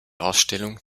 ausstellung